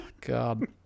god